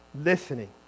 listening